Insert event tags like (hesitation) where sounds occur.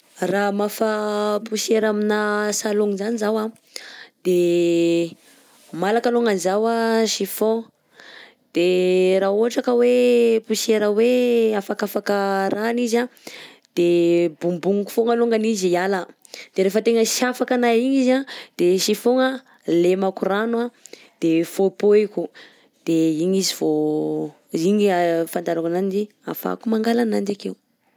Raha hamafa poussière amina salon zany zaho: de malaka alongany zaho a chiffon ,de raha ohatra ka hoe poussière hoe afakafaka arahany izy an de bombogniko fogna alongany izy hiala, de rehefa tegna tsy afakanay igny izy de chiffon lemako rano a de faopaohiko de igny izy vao igny (hesitation) afantarako ananjy afahako mangala ananjy akeo.